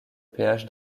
péage